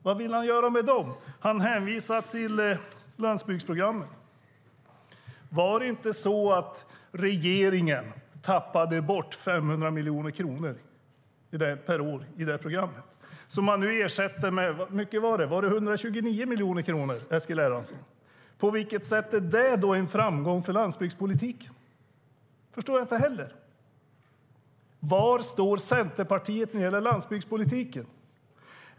Vad vill han göra med dem? Han hänvisar till landsbygdsprogrammet. Var det inte så att regeringen tappade bort 500 miljoner kronor per år i det programmet som man nu ersätter med 129 miljoner kronor? Eller hur mycket var det, Eskil Erlandsson? På vilket sätt är det en framgång för landsbygdspolitiken? Det förstår jag inte heller. Var står Centerpartiet när det gäller landsbygdspolitiken?